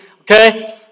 okay